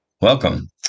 Welcome